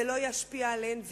זה לא ישפיע עליהן,